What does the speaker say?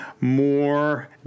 more